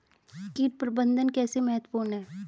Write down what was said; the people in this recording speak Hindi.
कीट प्रबंधन कैसे महत्वपूर्ण है?